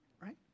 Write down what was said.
right